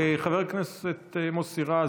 חבר הכנסת מוסי רז,